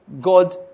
God